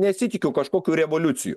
nesitikiu kažkokių revoliucijų